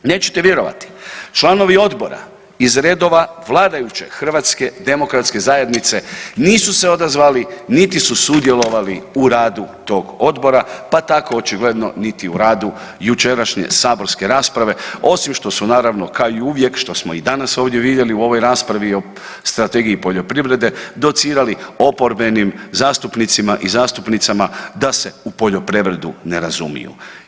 Nećete vjerovati, članovi Odbora iz redova vladajuće HDZ-a nisu se odazvali niti su sudjelovali u radu tog Odbora, pa tako očigledno niti u radu jučerašnje saborske rasprave, osim što su naravno, kao i uvijek, što smo i danas ovdje vidjeli u ovoj raspravi o Strategiji poljoprivrede docirali oporbenim zastupnicima i zastupnicama da se u poljoprivredu ne razumiju.